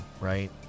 right